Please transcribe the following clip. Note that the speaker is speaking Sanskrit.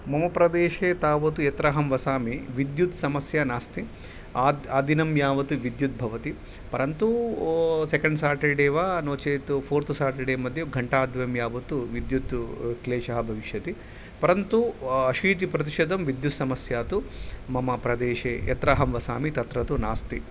मम प्रदेशे तावद् यत्राहं वसामि विद्युत् समस्या नास्ति आद् आदिनं यावत् विद्युत् भवति परन्तु सेकेण्ड् साटर्डे वा नो चेत् फ़ोर्थ् साटर्डे मध्ये घण्टा द्वयं यावत् तु विद्युत् क्लेशः भविष्यति परन्तु अशीतिप्रतिशतं विद्युत् समस्या तु मम प्रदेशे यत्राहं वसामि तत्र तु नास्ति